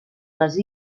les